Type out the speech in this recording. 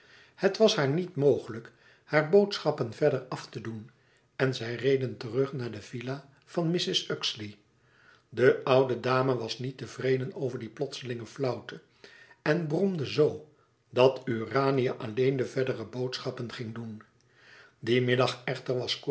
het was haar niet mogelijk hare boodschappen verder af te doen en zij reden terug naar de villa van mrs uxeley de oude dame was niets tevreden over die plotselinge flauwte en bromde zoo dat urania alleen de verdere boodschappen ging doen dien middag echter